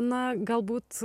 na galbūt